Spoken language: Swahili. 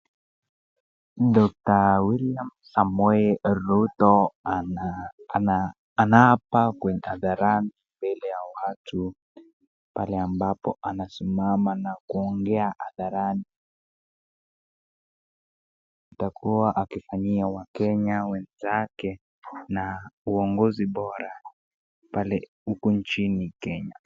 Doctor William Samoei Ruto anaapa kwa hadharani mbele ya watu pale ambapo anasimama na kuongea hadharani. Itakuwa akifanyia Wakenya wenzake na uongozi bora pale nchini Kenya.